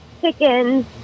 chickens